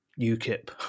UKIP